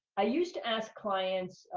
i used to ask clients,